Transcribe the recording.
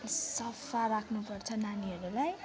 सफा राख्नु पर्छ नानीहरूलाई